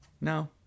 No